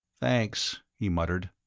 thanks, he muttered.